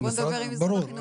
אנחנו בוא נדבר עם משרד החינוך.